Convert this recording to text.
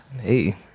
Hey